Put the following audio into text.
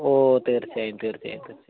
ഓ തീർച്ചയായും തീർച്ചയായും തീർച്ചയായും